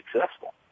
successful